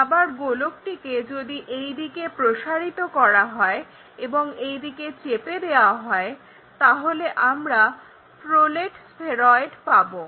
আবার গোলকটিকে যদি এই দিকে প্রসারিত করা হয় এবং এই দিকে চেপে দেওয়া হয় তাহলে আমরা প্রলেট স্ফেরয়েড পাবো